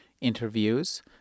interviews